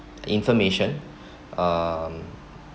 information um